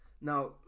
now